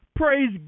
Praise